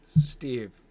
Steve